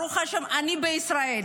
ברוך השם, אני בישראל,